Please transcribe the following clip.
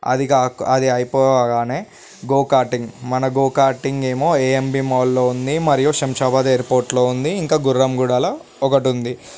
అది కా అది అయిపోగానే గో కార్టింగ్ మన గో కార్టింగ్ ఏమో ఏఎంబి మాల్లో ఉంది మరియు శంషాబాద్ ఎయిర్పోర్ట్లో ఉంది ఇంకా గుర్రం గూడాలో ఒకటి ఉంది